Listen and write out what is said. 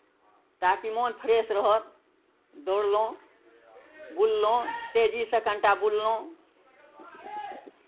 ताकि मोन फरेश रहत दौड़लहुँ बुललहुँ तेजीसँ कनि टा बुललहुँ